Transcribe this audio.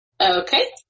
Okay